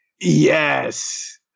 Yes